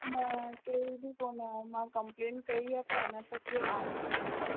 न केर बि कोन आहियो मां कंप्लेन कई आहे पर अञां त केरु आयो ई कोन्हे